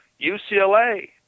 UCLA